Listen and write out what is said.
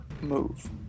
move